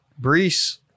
Brees